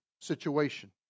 situation